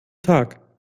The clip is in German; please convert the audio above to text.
tag